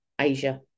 Asia